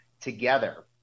together